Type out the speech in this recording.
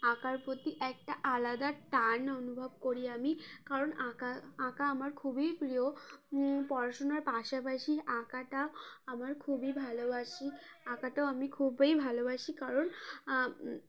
আঁকার প্রতি একটা আলাদা টান অনুভব করি আমি কারণ আঁকা আঁকা আমার খুবই প্রিয় পড়াশুনার পাশাপাশি আঁকাটা আমার খুবই ভালোবাসি আঁকাটাও আমি খুবই ভালোবাসি কারণ